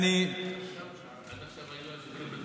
התעסקו בדברים אחרים.